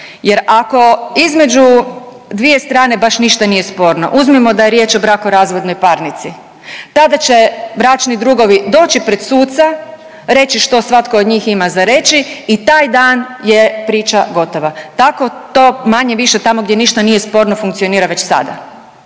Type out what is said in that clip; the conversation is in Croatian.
Jer, ako između dvije strane baš ništa nije sporno, uzmimo da je riječ o brakorazvodnoj parnici, tada će bračni drugovi doći pred suca, reći što svatko od njih ima za reći i taj dan je priča gotova. Tako to manje-više tamo gdje ništa nije sporno funkcionira već sada.